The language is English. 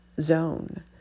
zone